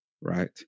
Right